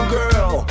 girl